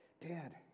dad